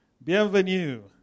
Bienvenue